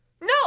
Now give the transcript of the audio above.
no